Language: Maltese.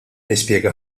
nispjega